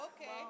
okay